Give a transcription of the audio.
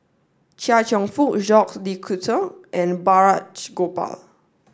Chia Cheong Fook Jacques de Coutre and Balraj Gopal